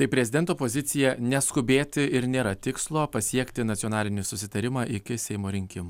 tai prezidento pozicija neskubėti ir nėra tikslo pasiekti nacionalinį susitarimą iki seimo rinkimų